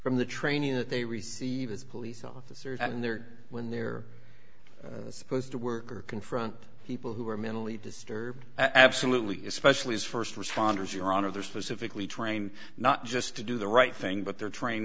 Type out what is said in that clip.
from the training that they receive as police officers and they're when they're supposed to work or confront people who are mentally disturbed absolutely especially as st responders your honor they're specifically trained not just to do the right thing but they're trained